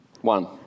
One